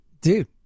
dude